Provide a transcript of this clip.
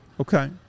okay